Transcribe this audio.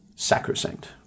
sacrosanct